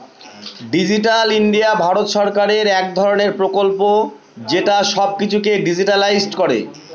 digital India Bharat সরকারের এক ধরনের প্রকল্প যেটা সব কিছুকে ডিজিট্যালাইসড করে